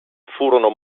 furono